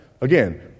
again